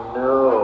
no